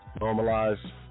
Normalize